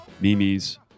Mimi's